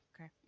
Okay